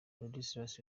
ladislas